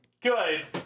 Good